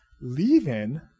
Leave-in